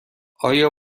آیا